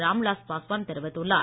ராம்விலாஸ் பாஸ்வான் தெரிவித்துள்ளார்